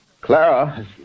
Clara